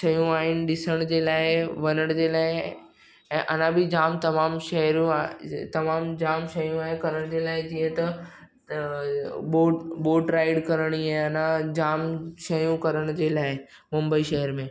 ॾिसणु जे लाइ वञण जे लाइ ऐं अञा बि जामु तमामु शयरु आहे तमामु जामु शयूं आहे करण जे लाइ जीअं त बोट बोट राइड करिणी आहे ऐं जामु शयूं करण जे लाइ मुंबई शहर में